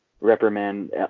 reprimand